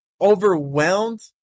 overwhelmed